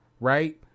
Right